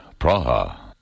Praha